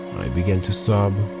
i began to sob.